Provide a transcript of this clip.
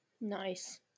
Nice